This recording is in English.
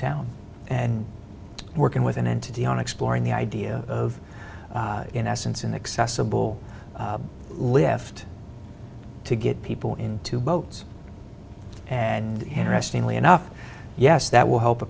town and working with an entity on exploring the idea of in essence inaccessible lift to get people into boats and interestingly enough yes that will help a